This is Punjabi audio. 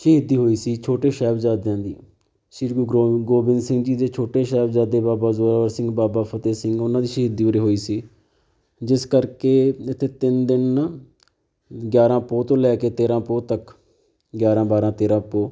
ਸ਼ਹੀਦੀ ਹੋਈ ਸੀ ਛੋਟੇ ਸਾਹਿਬਜ਼ਾਦਿਆਂ ਦੀ ਸ਼੍ਰੀ ਗੁਰੂ ਗੋਬਿੰ ਗੋਬਿੰਦ ਸਿੰਘ ਜੀ ਦੇ ਛੋਟੇ ਸਾਹਿਬਜ਼ਾਦੇ ਬਾਬਾ ਜ਼ੋਰਾਵਰ ਸਿੰਘ ਬਾਬਾ ਫਤਿਹ ਸਿੰਘ ਉਹਨਾਂ ਦੀ ਸ਼ਹੀਦੀ ਉਰੇ ਹੋਈ ਸੀ ਜਿਸ ਕਰਕੇ ਇੱਥੇ ਤਿੰਨ ਦਿਨ ਗਿਆਰ੍ਹਾਂ ਪੋਹ ਤੋਂ ਲੈ ਕੇ ਤੇਰ੍ਹਾਂ ਪੋਹ ਤੱਕ ਗਿਆਰ੍ਹਾਂ ਬਾਰ੍ਹਾਂ ਤੇਰ੍ਹਾਂ ਪੋਹ